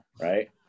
Right